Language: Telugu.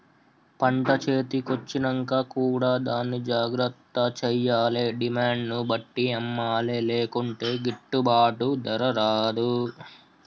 పంట చేతి కొచ్చినంక కూడా దాన్ని జాగ్రత్త చేయాలే డిమాండ్ ను బట్టి అమ్మలే లేకుంటే గిట్టుబాటు ధర రాదు